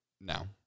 no